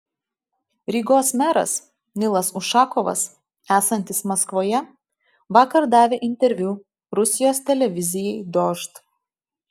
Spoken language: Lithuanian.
rygos meras nilas ušakovas esantis maskvoje vakar davė interviu rusijos televizijai dožd